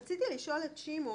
רציתי לשאול את שמעון: